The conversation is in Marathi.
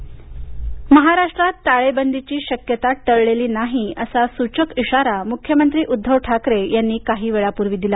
ठाकरे राज्यात टाळेबंदीची शक्यता टळलेली नाही असा सूचक इशारा मुख्यमंत्री उद्धव ठाकरे यांनी काही वेळापूर्वी दिला